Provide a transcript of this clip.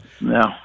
No